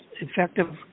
effective